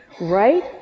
Right